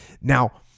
Now